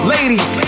Ladies